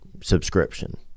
subscription